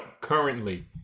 Currently